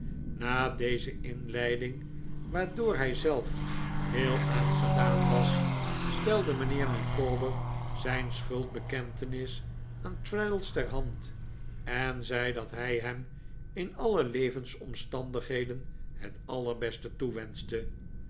na deze inleiding waardoor hij zelf heel aangedaan was stelde mijnheer micawber zijn schuldbekentenis aan traddles ter hand en zei dat hij hem in alle levensomstandigheden het allerbeste